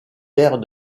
père